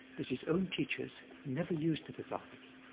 that his own teachers never used the vibhavani,